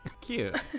Cute